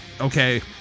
okay